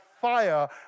fire